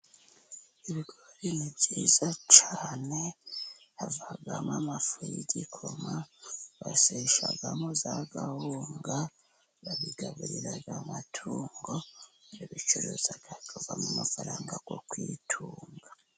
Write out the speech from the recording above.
Ibigori ni byiza cyane. Havamo amafu y'igikoma, baseshamo za kawunga, babigaburira amatungo, barabicuruza hakavamo amafaranga yo kwitunga.